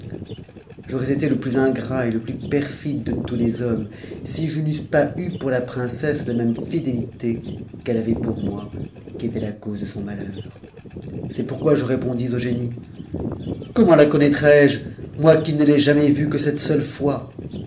j'aurais été le plus ingrat et le plus perfide de tous les hommes si je n'eusse pas eu pour la princesse la même fidélité qu'elle avait pour moi qui étais la cause de son malheur c'est pourquoi je répondis au génie comment la connaîtrais-je moi qui ne l'ai jamais vue que cette seule fois